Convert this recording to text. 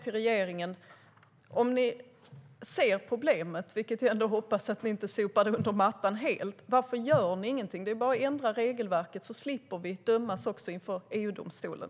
Om regeringen ser problemet, för jag hoppas att man inte sopar det under mattan, varför gör man ingenting? Det är bara att ändra regelverket. Då slipper vi dessutom att ställas inför EU-domstolen.